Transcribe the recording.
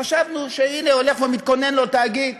חשבנו שהנה הולך ומתכונן לו תאגיד.